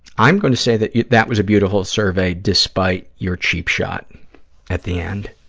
i'm going to say that that was a beautiful survey despite your cheap shot at the end.